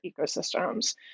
ecosystems